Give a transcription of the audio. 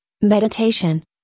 meditation